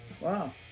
wow